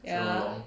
ya